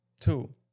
Two